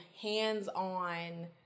hands-on